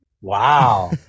wow